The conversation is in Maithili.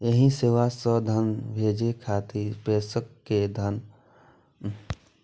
एहि सेवा सं धन भेजै खातिर प्रेषक कें लाभार्थीक खाता आ आई.एफ.एस कोड जानब जरूरी होइ छै